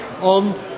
on